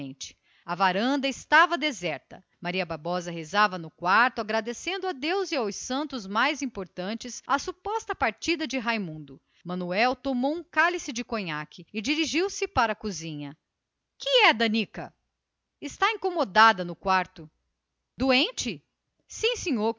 a varanda estava deserta maria bárbara rezava no seu quarto agradecendo a deus e aos santos a suposta partida de raimundo manuel tomou seu cálice de conhaque ao aparador e dirigiu-se depois para a cozinha que é de anica está no quarto deitada doente sim senhor